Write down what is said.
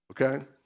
Okay